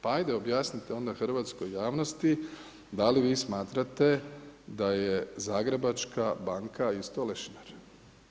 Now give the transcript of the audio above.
Pa hajde objasnite onda hrvatskoj javnosti da li vi smatrate da je Zagrebačka banka isto lešinar?